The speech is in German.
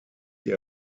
die